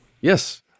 Yes